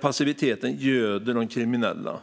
Passiviteten göder de kriminella.